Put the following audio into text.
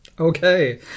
Okay